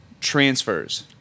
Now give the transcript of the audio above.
transfers